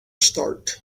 start